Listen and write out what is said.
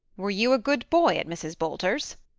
were you a good boy at mrs. boulter's?